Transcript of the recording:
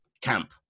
Camp